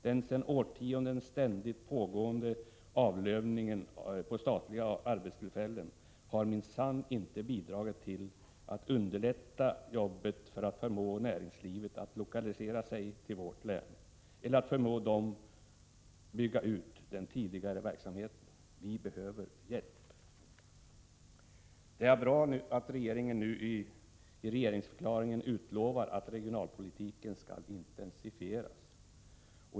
Den sedan årtionden ständigt pågående avlövningen när det gäller statliga arbetstillfällen har minsann inte bidragit till att underlätta jobbet att förmå näringslivet att lokalisera sig till vårt län eller till att förmå näringslivet att bygga ut den tidigare verksamheten. Vi behöver hjälp. Det är bra att regeringen nu i regeringsförklaringen utlovar att regionalpolitiken skall intensifieras.